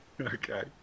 Okay